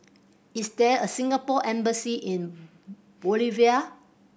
is there a Singapore Embassy in Bolivia